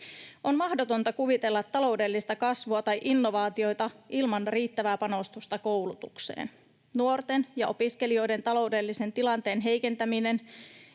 On mahdotonta kuvitella taloudellista kasvua tai innovaatioita ilman riittävää panostusta koulutukseen. Nuorten ja opiskelijoiden taloudellisen tilanteen heikentäminen